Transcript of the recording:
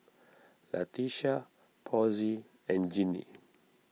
Latesha Posey and Jinnie